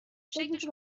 شکلشو